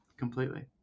completely